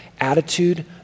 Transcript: attitude